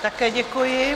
Také děkuji.